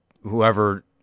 whoever